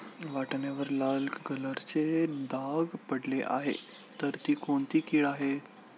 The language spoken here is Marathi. वाटाण्यावर लाल कलरचे डाग पडले आहे तर ती कोणती कीड आहे?